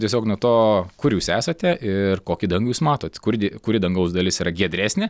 tiesiog nuo to kur jūs esate ir kokį dangų jūs matot kuri d kuri dangaus dalis yra giedresnė